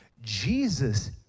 Jesus